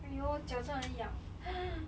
哎哟脚真的很痒